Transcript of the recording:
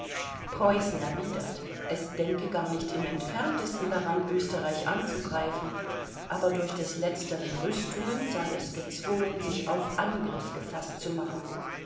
preußen erwidert es denke gar nicht im entferntesten daran österreich anzugreifen aber durch des letzteren rüstungen sei es gezwungen sich auf angriff gefaßt zu machen